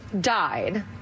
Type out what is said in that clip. died